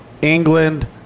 England